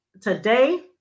today